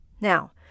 Now